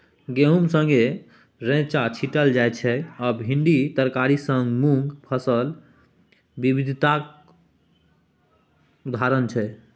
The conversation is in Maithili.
गहुम संगै रैंचा छीटल जाइ छै आ भिंडी तरकारी संग मुँग फसल बिबिधताक उदाहरण छै